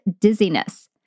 dizziness